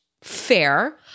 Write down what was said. fair